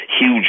huge